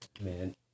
man